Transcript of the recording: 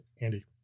Andy